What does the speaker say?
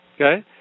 okay